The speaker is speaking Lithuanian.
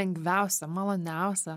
lengviausia maloniausia